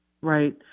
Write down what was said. Right